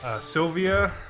Sylvia